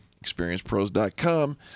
ExperiencePros.com